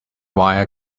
wire